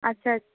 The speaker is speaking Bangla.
আচ্ছা